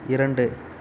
இரண்டு